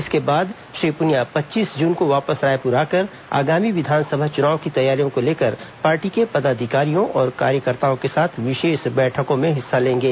इसके बाद श्री पुनिया पच्चीस जून को वापस रायपुर आकर आगामी विधानसभा चुनाव की तैयारियों को लेकर पार्टी के पदाधिकारियों और कार्यकर्ताओं के साथ विशेष बैठकों में हिस्सा लेंगे